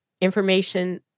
information